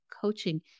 Coaching